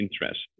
interest